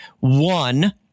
one